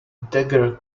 dagger